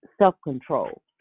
self-control